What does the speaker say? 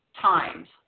times